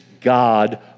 God